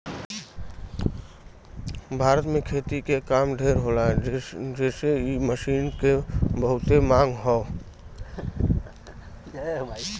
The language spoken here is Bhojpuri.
भारत में खेती के काम ढेर होला जेसे इ मशीन के बहुते मांग हौ